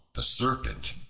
the serpent,